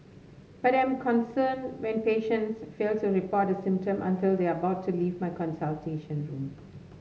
but I am concerned when patients fail to report a symptom until they are about to leave my consultation room